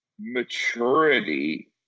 maturity